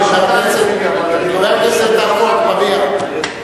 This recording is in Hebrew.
חבר הכנסת עפו אגבאריה,